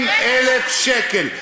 מחפשים סטודנטים, 250,000 שקל.